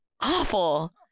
awful